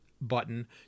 button